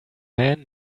man